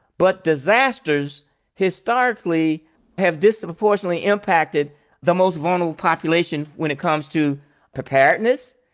but disasters historically have disproportionately impacted the most vulnerable population when it comes to preparedness,